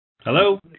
Hello